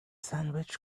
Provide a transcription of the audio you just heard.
sandwich